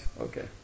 Okay